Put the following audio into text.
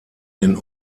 den